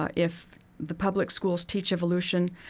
ah if the public schools teach evolution,